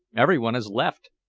everyone has left,